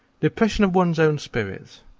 depression of one's own spirits.